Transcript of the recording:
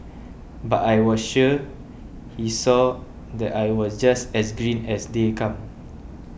but I was sure he saw that I was just as green as they come